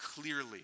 clearly